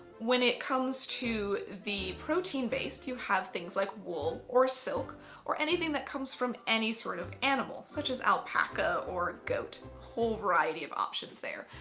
when it comes to the protein-based, you have things like wool or silk or anything that comes from any sort of animal such as alpaca or goat, a whole variety of options there.